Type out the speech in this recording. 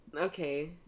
okay